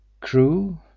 crew